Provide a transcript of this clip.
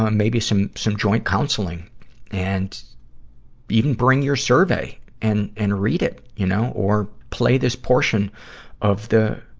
um maybe some, some joint counseling and even bring your survey and, and read it, you know or play this portion of the,